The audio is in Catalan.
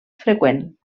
freqüent